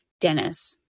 Dennis